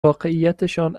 واقعیتشان